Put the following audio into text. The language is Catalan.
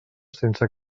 sense